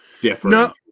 different